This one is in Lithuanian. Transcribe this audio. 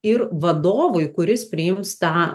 ir vadovui kuris priims tą